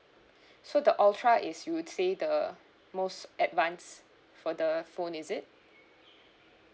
so the ultra is you would say the most advance for the phone is it